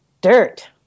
dirt